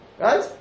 Right